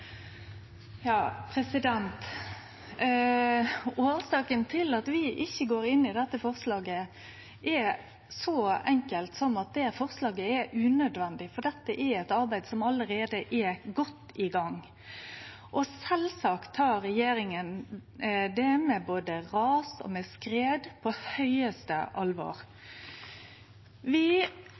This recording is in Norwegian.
til at vi ikkje går inn for dette forslaget, er så enkel som at forslaget er unødvendig, for dette er eit arbeid som allereie er godt i gang. Sjølvsagt tek regjeringa både ras og skred på høgaste alvor. Vi